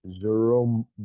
Jerome